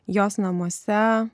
jos namuose